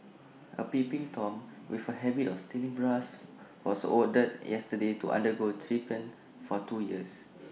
A peeping Tom with A habit of stealing bras was ordered yesterday to undergo treatment for two years